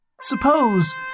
Suppose